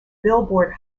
billboard